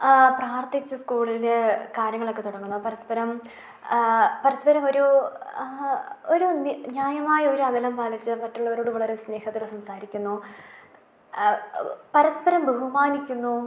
ആ പ്രാർത്ഥിച്ച് സ്കൂളിൽ കാര്യങ്ങളൊക്കെ തുടങ്ങുന്നു പരസ്പരം പരസ്പരം ഒരു ഒരു നി ന്യായമായൊരകലം പാലിച്ച് മറ്റുള്ളവരോട് വളരെ സ്നേഹത്തിൽ സംസാരിക്കുന്നു പരസ്പരം ബഹുമാനിക്കുന്നു